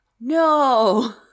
no